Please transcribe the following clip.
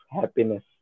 happiness